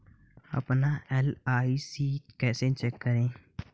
अपना एल.आई.सी कैसे चेक करें?